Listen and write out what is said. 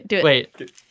Wait